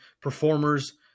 performers